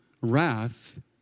wrath